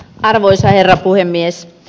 arvoisa herra puhemies